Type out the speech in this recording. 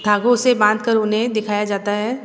धागों से बांधकर उन्हें दिखाया जाता है